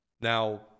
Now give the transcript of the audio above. Now